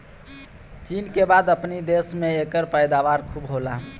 चीन के बाद अपनी देश में एकर पैदावार खूब होला